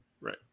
Right